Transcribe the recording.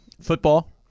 Football